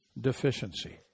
deficiency